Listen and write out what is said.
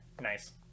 Nice